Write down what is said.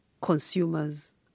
consumer's